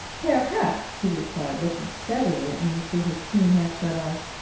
perhaps, he replied, looking steadily at me through his keen half-shut eyes,